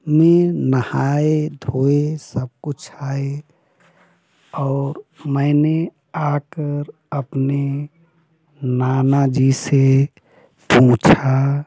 में नहाए धोये सब कुछ आए और मैंने आकर अपने नानाजी से पूछा